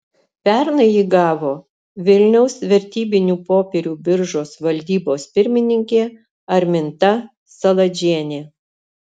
pernai jį gavo vilniaus vertybinių popierių biržos valdybos pirmininkė arminta saladžienė